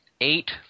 Eight